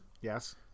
yes